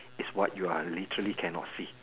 is what you are literally can not see